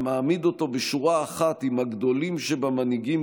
המעמיד אותו בשורה אחת עם הגדולים שבמנהיגים